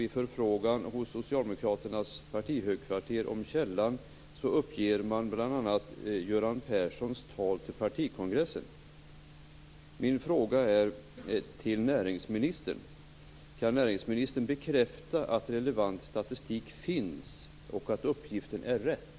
Vid förfrågan hos socialdemokraternas partihögkvarter om källan uppger man bl.a. Göran Perssons tal vid partikongressen. Min fråga är till näringsministern: Kan näringsministern bekräfta att relevant statistik finns och att uppgiften är rätt?